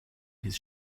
his